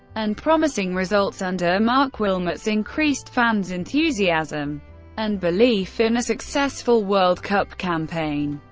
and promising results under marc wilmots, increased fans' enthusiasm and belief in a successful world cup campaign.